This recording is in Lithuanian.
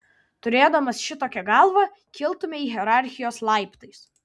turėdamas šitokią galvą kiltumei hierarchijos laiptais